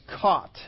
caught